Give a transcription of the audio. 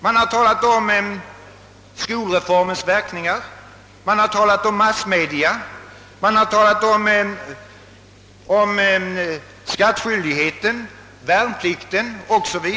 De har talat om skolreformens verkningar, massmedia, skattskyldigheten, värnplikten o. s. v.